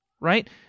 right